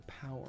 power